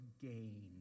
gain